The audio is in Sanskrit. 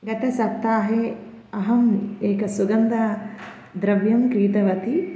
गतसप्ताहे अहं एकं सुगन्धं द्रव्यं क्रीतवती